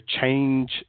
change